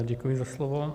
Děkuji za slovo.